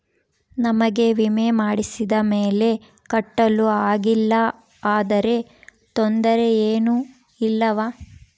ನಮಗೆ ವಿಮೆ ಮಾಡಿಸಿದ ಮೇಲೆ ಕಟ್ಟಲು ಆಗಿಲ್ಲ ಆದರೆ ತೊಂದರೆ ಏನು ಇಲ್ಲವಾ?